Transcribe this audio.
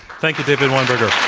thank you, david weinberger.